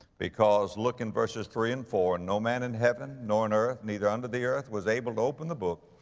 because look in verses three and four, no man in heaven, nor in earth, neither under the earth, was able to open the book,